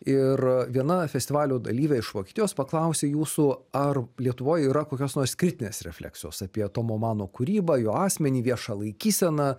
ir viena festivalio dalyvė iš vokietijos paklausia jūsų ar lietuvoj yra kokios nors kritinės refleksijos apie tomo mano kūrybą jo asmenį vieša laikysena